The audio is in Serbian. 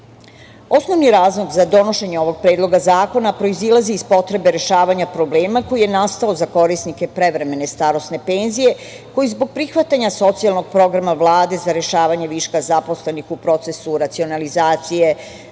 20%.Osnovni razlog za donošenje ovog predloga zakona proizilazi iz potrebe rešavanja problema koji je nastao za korisnike prevremene starosne penzije, koji zbog prihvatanja socijalnog programa Vlade za rešavanje viška zaposlenih u procesu racionalizacije,